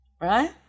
Right